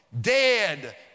dead